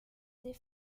des